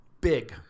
Big